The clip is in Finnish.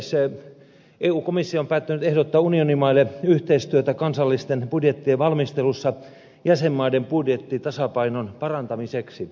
eu komissio on päättänyt ehdottaa unionimaille yhteistyötä kansallisten budjettien valmistelussa jäsenmaiden budjettitasapainon parantamiseksi